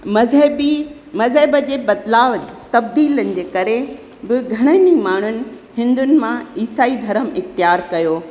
मज़हबी मज़हब जे बदिलाउ तब्दीलनि जे करे बि घणनि ई माण्हुनि हिंदुनि मां इसाई धर्म इख़्तियार कयो